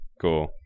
Cool